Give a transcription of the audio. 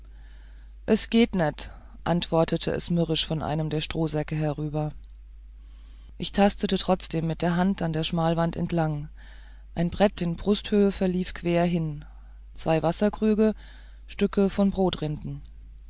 es geht net antwortete es mürrisch von einem der strohsäcke herüber ich tastete trotzdem mit der hand an der schmalwand entlang ein brett in brusthöhe lief quer hin zwei wasserkrüge stücke von